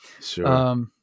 Sure